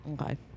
Okay